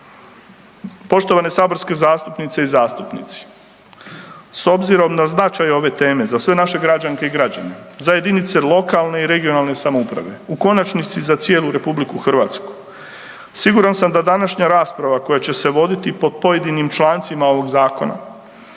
Poštovane saborske zastupnice i zastupnici, s obzirom na značaj ove teme za sve naše građanke i građane, za jedinice lokalne i regionalne samouprave, u konačnici za cijelu RH, siguran sam da današnja rasprava koja će se voditi po pojedinim člancima ovog zakona